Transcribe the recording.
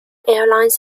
airlines